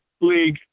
league